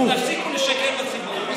תפסיקו לשקר לציבור.